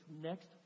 next